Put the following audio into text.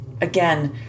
again